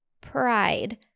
pride